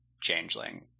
Changeling